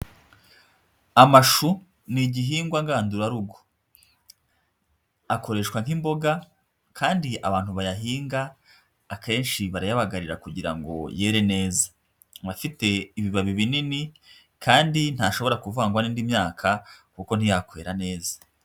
Amashu ni igihingwa ngandurarugo, akoreshwa nk'imboga kandi abantu bayahinga kenshi barayabagarira kugira yere neza, aba afite ibibabi binini kandi ntashobora kuvangwa n'indi myaka kuko ntiyakwera neza.